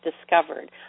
discovered